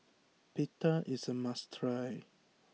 Pita is a must try